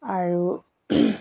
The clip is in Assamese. আৰু